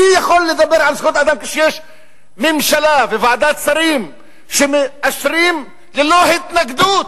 מי יכול לדבר על זכויות אדם כשיש ממשלה וועדת שרים שמאשרות ללא התנגדות?